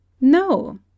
No